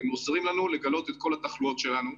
הם עוזרים לנו לגלות את כל התחלואות שלנו.